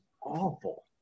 awful